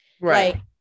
Right